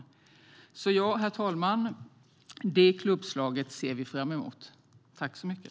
Herr talman! Det klubbslaget ser vi fram emot.